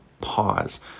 pause